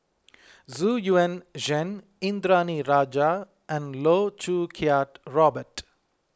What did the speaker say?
Xu Yuan Zhen Indranee Rajah and Loh Choo Kiat Robert